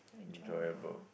enjoyable